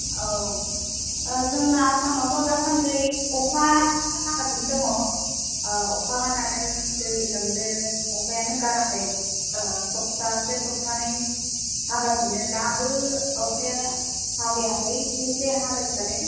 औ जोंना आसामावथ' दासान्दै अखासो हागासिनो दङ औ अखा हानानै दै लोमदो अखायानो गाराखै सफ्तासे सफ्तानै हागासिनो दाबो अखाया हागायाखै एसे एसे हाबाय थादों